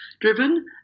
driven